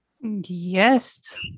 Yes